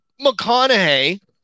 McConaughey